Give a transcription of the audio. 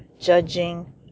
judging